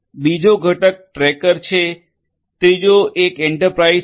બીજો ઘટક ટ્રેકર છે અને ત્રીજો એક એન્ટરપ્રાઇઝ છે